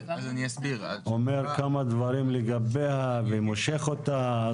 אומר כמה דברים לגביה ומושך אותה?